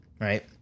right